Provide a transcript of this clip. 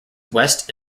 west